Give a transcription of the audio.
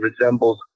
resembles